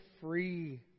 free